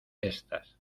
éstas